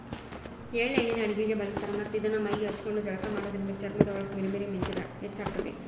ಎಳ್ಳ ಎಣ್ಣಿನ ಅಡಗಿಗೆ ಬಳಸ್ತಾರ ಮತ್ತ್ ಇದನ್ನ ಮೈಗೆ ಹಚ್ಕೊಂಡು ಜಳಕ ಮಾಡೋದ್ರಿಂದ ಚರ್ಮದ ಹೊಳಪ ಮೇರಿ ಮೇರಿ ಮಿಂಚುದ ಹೆಚ್ಚಾಗ್ತೇತಿ